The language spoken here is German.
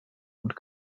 und